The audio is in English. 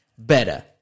better